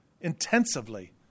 intensively